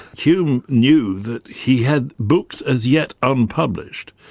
hume knew that he had books as yet unpublished,